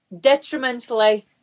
detrimentally